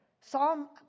Psalm